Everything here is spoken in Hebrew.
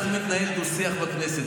כך מתנהל דו-שיח בכנסת.